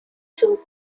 choose